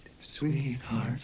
sweetheart